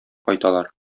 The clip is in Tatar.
кайталар